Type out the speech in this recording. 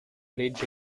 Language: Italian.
legge